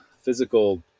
physical